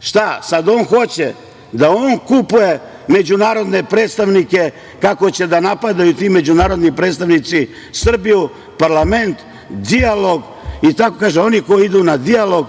Šta? Sad on hoće da on kupuje međunarodne predstavnike, kako će da napadaju ti međunarodni predstavnici Srbiju, parlament, dijalog i tako, kaže, oni koji idu na dijalog